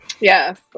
Yes